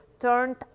turned